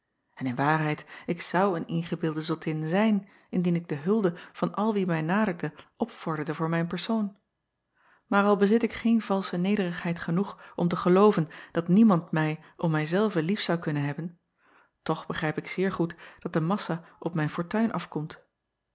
en in waarheid ik zou een ingebeelde zottin zijn indien ik de hulde van al wie mij naderde opvorderde voor mijn persoon aar al bezit ik geen valsche nederigheid genoeg om te gelooven dat niemand mij om mij zelve lief zou kunnen hebben toch begrijp ik zeer goed dat de massa op mijn fortuin afkomt